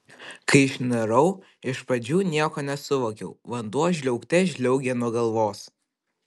kai išnirau iš pradžių nieko nesuvokiau vanduo žliaugte žliaugė nuo galvos